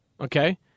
Okay